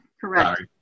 correct